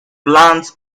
plants